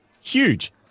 huge